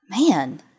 Man